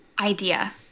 idea